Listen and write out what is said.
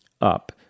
up